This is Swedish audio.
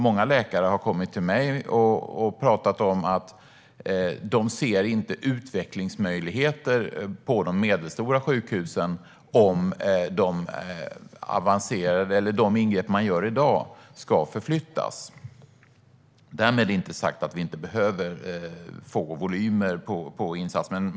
Många läkare har kommit till mig och sagt att de inte ser några utvecklingsmöjligheter på de medelstora sjukhusen om de ingrepp som görs i dag ska förflyttas. Därmed inte sagt att det inte behövs volymer på insatserna.